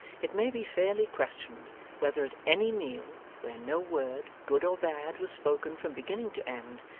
it may be fairly questioned whether at any meal, where no word, good or bad, was spoken from beginning to end,